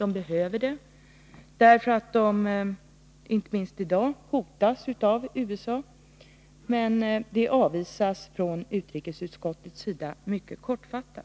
Landet behöver det, därför att det inte minst i dag hotas av USA. Men det kravet avvisas mycket kortfattat av utrikesutskottet. Också